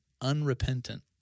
unrepentant